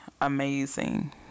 amazing